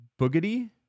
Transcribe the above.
Boogity